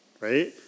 right